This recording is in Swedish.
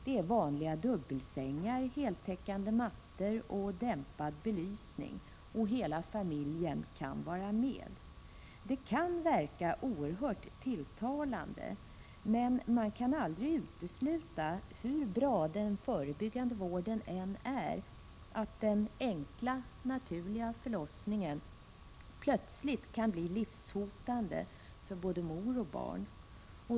Det är vanliga dubbelsängar, heltäckande mattor, dämpad belysning, och hela familjen kan vara med. Det kan verka oerhört tilltalande, men man kan aldrig utesluta — hur bra den förebyggande vården än är — att den enkla naturliga förlossningen plötsligt kan bli livshotande för både mor och barn.